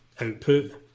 output